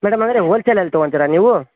madam ಅಂದರೆ ಹೋಲ್ಸೇಲಲ್ಲಿ ತಗೊತೀರಾ ನೀವು